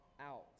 out